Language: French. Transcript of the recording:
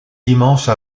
dimanche